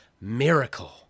Miracle